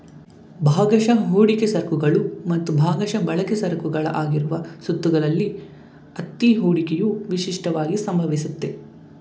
ಭಾಗಶಃ ಹೂಡಿಕೆ ಸರಕುಗಳು ಮತ್ತು ಭಾಗಶಃ ಬಳಕೆ ಸರಕುಗಳ ಆಗಿರುವ ಸುತ್ತುಗಳಲ್ಲಿ ಅತ್ತಿ ಹೂಡಿಕೆಯು ವಿಶಿಷ್ಟವಾಗಿ ಸಂಭವಿಸುತ್ತೆ